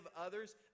others